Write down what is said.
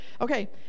Okay